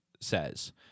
says